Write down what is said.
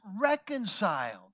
reconciled